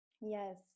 Yes